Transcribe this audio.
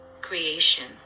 creation